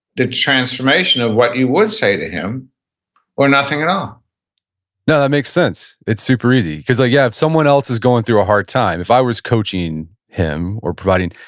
the transformation of what you would say to him or nothing at all no, that makes sense. it's super easy, because yeah, if someone else is going through a hard time, if i was coaching him or providing,